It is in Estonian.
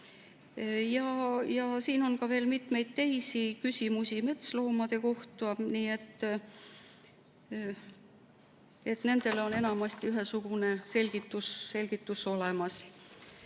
Siin on veel mitmeid teisi küsimusi metsloomade kohta. Nendele on enamasti ühesugune selgitus olemas.